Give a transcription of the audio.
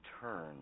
turn